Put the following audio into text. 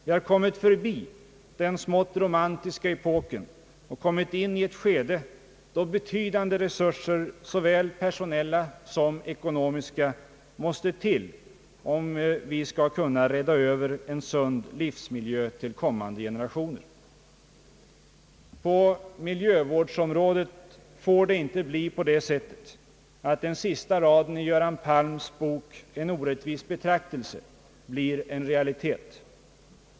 Vi har kommit förbi den smått romantiska epoken och kommit in i ett skede, då betydande resurser, såväl personella som ekonomiska, måste till om vi skall kunna rädda en sund livsmiljö till kommande generationer. | På miljövårdsområdet får det inte bli på det sättet att den sista raden i Göran Palms bok En orättvis beirakteise blir en realitet.